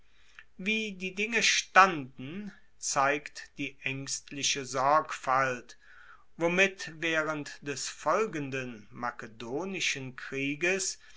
wie die dinge standen zeigt die aengstliche sorgfalt womit waehrend des folgenden makedonischen krieges